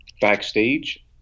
backstage